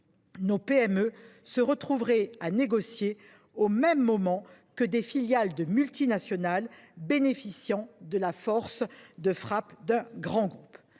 nos PME se retrouveraient en effet à devoir négocier au même moment que des filiales de multinationales qui bénéficient de la force de frappe d’un grand groupe.